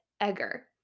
Egger